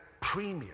premier